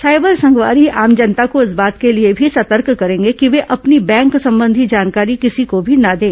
cyber संगवारी आम जनता को इस बात के लिए भी सतर्क करेंगे कि वे अपनी बैंक संबंधी जानकारी किसी को भी न दें